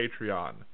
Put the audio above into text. Patreon